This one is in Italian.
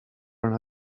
una